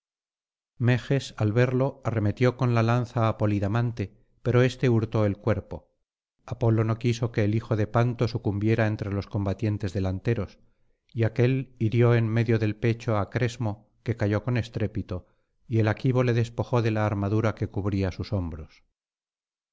al verlo arremetió con la lanza á polidamante pero éste hurtó el cuerpo apolo no quiso que el hijo de panto sucumbiera entre los combatientes delanteros y aquél hirió en medio del pecho á cresmo que cayó con estrépito y el aquivo le despojó de la armadura que cubría sus hombros